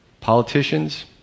Politicians